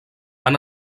han